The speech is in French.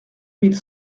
mille